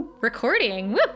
recording